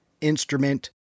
instrument